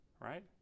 right